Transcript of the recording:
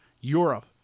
Europe